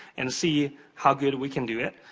and see how good we can do it.